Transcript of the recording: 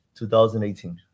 2018